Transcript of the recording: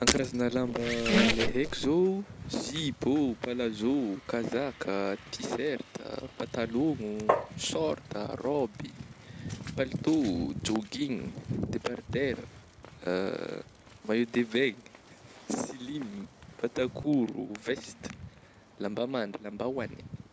An karazagna lamba le haiko zao zipô, palazô, kazaka, tiserta, patalogno, sôrta, rôby, palitô, jogging, debardera maillot de baigna, silim, patakoro, vesta, lambamandry, lambahoagny.